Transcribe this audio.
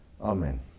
Amen